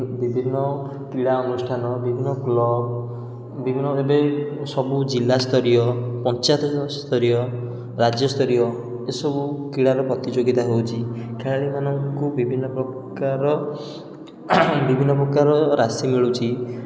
ବିଭିନ୍ନ କ୍ରୀଡ଼ା ଅନୁଷ୍ଠାନ ବିଭିନ୍ନ ବ୍ଲକ୍ ବିଭିନ୍ନ ଏବେ ସବୁ ଜିଲ୍ଲାସ୍ତରୀୟ ପଞ୍ଚାୟତସ୍ତରୀୟ ରାଜ୍ୟସ୍ତରୀୟ ଏସବୁ କ୍ରୀଡ଼ାର ପ୍ରତିଯୋଗିତା ହେଉଛି ଖେଳାଳିମାନଙ୍କୁ ବିଭିନ୍ନ ପ୍ରକାର ବିଭିନ୍ନ ପ୍ରକାର ରାଶି ମିଳୁଛି